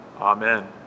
Amen